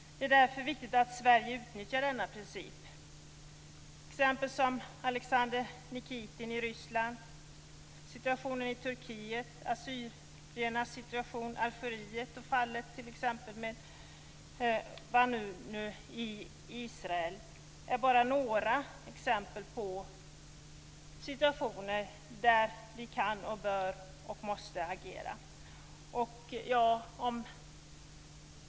Det är därför viktigt att Sverige utnyttjar denna princip. Alexander Nikitin i Ryssland, situationen i Vanunu i Israel är bara några exempel på situationer när vi kan, bör och måste agera.